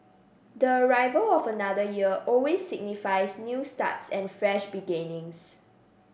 the arrival of another year always signifies new starts and fresh beginnings